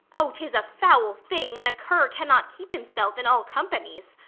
o, tis a foul thing when a cur cannot keep himself in all companies!